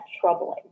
troubling